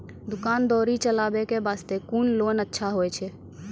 दुकान दौरी चलाबे के बास्ते कुन लोन अच्छा होय छै?